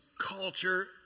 culture